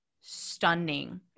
stunning